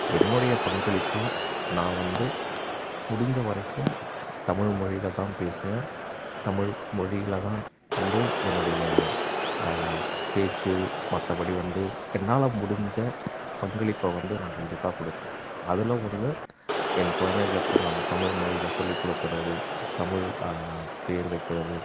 என்னுடைய பங்களிப்பாக நான் வந்து முடிஞ்ச வரைக்கும் தமிழ்மொழியில் தான் பேசுவேன் தமிழ்மொழியில் தான் வந்து என்னுடைய பேச்சு மற்றபடி வந்து என்னால் முடிஞ்ச பங்களிப்பை வந்து நான் கண்டிப்பாக கொடுப்பேன் அதில் ஒன்று என் குழந்தைங்களுக்கு நாங்கள் தமிழ்மொழியில் சொல்லி கொடுக்கறது தமிழ் பேர் வைக்கிறது